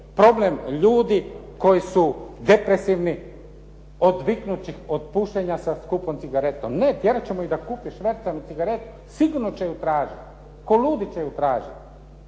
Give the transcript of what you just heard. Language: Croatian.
problem ljudi koji su depresivni odviknuti ih od pušenja sa skupom cigaretom. Ne, tjerat ćemo ih da kupuju švercom cigarete. Sigurno će ju tražiti, kao ludi će ju tražiti.